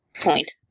point